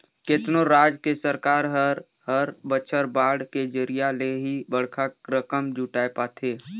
केतनो राज के सरकार हर हर बछर बांड के जरिया ले ही बड़खा रकम जुटाय पाथे